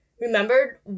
remembered